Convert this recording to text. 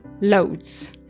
loads